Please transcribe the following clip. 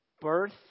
Birth